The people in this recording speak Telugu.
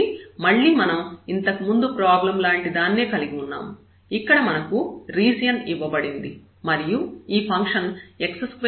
కాబట్టి మళ్ళీ మనం ఇంతకుముందు ప్రాబ్లం లాంటి దాన్నే కలిగి ఉన్నాము ఇక్కడ మనకు రీజియన్ ఇవ్వబడింది మరియు ఈ ఫంక్షన్ x2y2 ను కలిగి ఉన్నాము